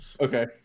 Okay